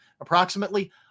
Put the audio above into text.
approximately